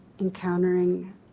encountering